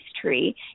tree